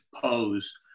pose